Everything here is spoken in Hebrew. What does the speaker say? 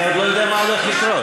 אני עוד לא יודע מה הולך לקרות.